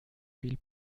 viel